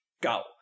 go